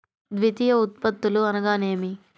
ద్వితీయ ఉత్పత్తులు అనగా నేమి?